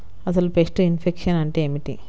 అసలు pest infection అంటే ఏమిటి?